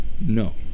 No